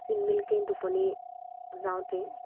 চিলমিলকৈ টোপনি যাওঁতেই